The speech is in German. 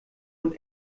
und